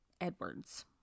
Edwards